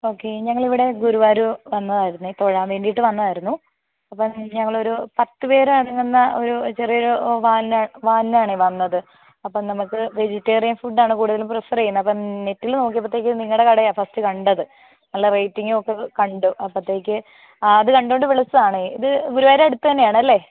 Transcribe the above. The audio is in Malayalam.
ഓക്കെ ഞങ്ങൾ ഇവിടെ ഗുരുവായൂർ വന്നതായിരുന്നേ തൊഴാൻ വേണ്ടിയിട്ട് വന്നതായിരുന്നു അപ്പം ഞങ്ങളൊരു പത്ത് പേർ അടങ്ങുന്ന ഒരു ചെറിയൊരു വാനിലാണ് വാനിലാണേ വന്നത് അപ്പം നമുക്ക് വെജിറ്റേറിയൻ ഫുഡ് ആണ് കൂടുതലും പ്രിഫർ ചെയ്യുന്നത് അപ്പം നെറ്റിൽ നോക്കിയപ്പോഴത്തേക്കും നിങ്ങളുടെ കടയാണ് ഫസ്റ്റ് കണ്ടത് നല്ല റേറ്റിങ്ങും ഒക്കെ കണ്ടു അപ്പോഴത്തേക്ക് അത് കണ്ടുകൊണ്ട് വിളിച്ചതാണ് ഇത് ഗുരുവായൂർ അടുത്ത് തന്നെയാണല്ലേ